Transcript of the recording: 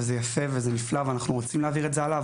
זה יפה ואנחנו רוצים להעביר את זה הלאה,